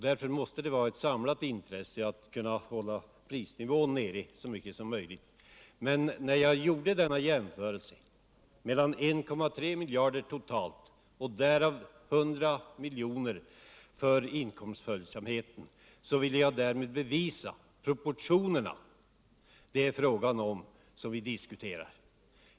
Därför måste det vara ett intresse för alla att kunna hålla prisnivån nere så mycket som möjligt. " När jag gjorde denna jämförelse mellan 1,3 miljarder totalt och därav 100 miljoner för inkomstföljsamheten, ville jag därmed bevisa att det är proportionerna dem emellan som vi diskuterar.